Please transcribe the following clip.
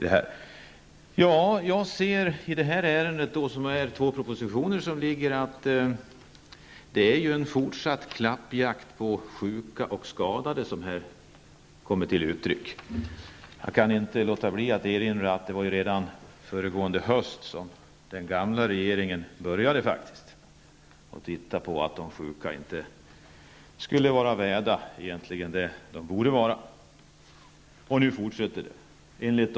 Detta ärende, som grundar sig på två propositioner, innebär en fortsatt klappjakt på sjuka och skadade. Jag kan inte underlåta att erinra om att den gamla regeringen redan föregående höst började tala om att de sjuka inte skulle vara värda vad de borde vara värda. Nu fortsätter det.